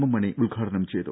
M Mani ഉദ്ഘാടനം ചെയ്തു